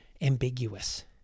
ambiguous